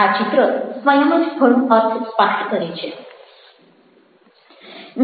આ ચિત્ર સ્વયં જ ઘણો અર્થ સ્પષ્ટ કરે છે